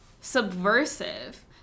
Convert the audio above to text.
subversive